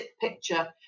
picture